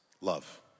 love